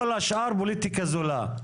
כל השאר פוליטיקה זולה.